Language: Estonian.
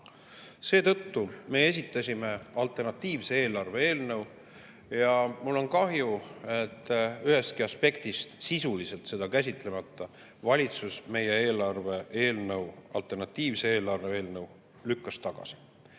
Seetõttu me esitasime alternatiivse eelarve eelnõu. Mul on kahju, et ühestki aspektist seda sisuliselt käsitlemata lükkas valitsus meie eelarve eelnõu, alternatiivse eelarve eelnõu tagasi. Mida